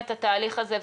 הפלשתינית.